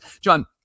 John